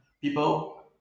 people